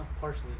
Partially